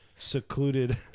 Secluded